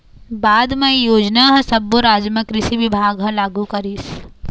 बाद म ए योजना ह सब्बो राज म कृषि बिभाग ह लागू करिस